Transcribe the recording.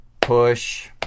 push